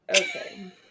Okay